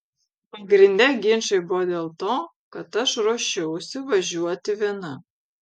pagrinde ginčai buvo dėl to kad aš ruošiausi važiuoti viena